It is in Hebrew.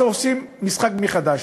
עכשיו עושים משחק מחדש.